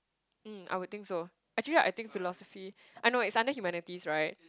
mm I would think so actually I think philosophy ah no it's under humanities right